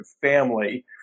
family